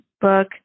book